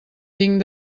tinc